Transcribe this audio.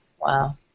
wow